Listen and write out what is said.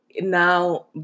now